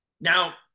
Now